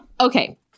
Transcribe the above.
Okay